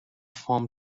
from